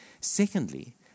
Secondly